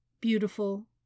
Beautiful